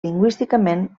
lingüísticament